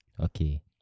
Okay